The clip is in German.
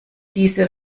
diese